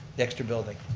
the extra building.